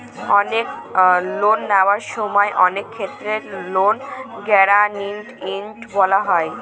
loan নেওয়ার সময় অনেক ক্ষেত্রে লোন গ্যারান্টি সই করা হয়